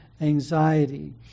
anxiety